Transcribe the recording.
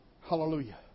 Hallelujah